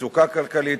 מצוקה כלכלית,